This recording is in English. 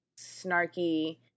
snarky